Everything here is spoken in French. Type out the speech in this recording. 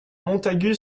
montagu